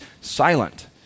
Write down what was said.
silent